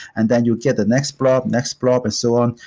and then you'd get the next block, next block and so on.